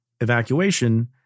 evacuation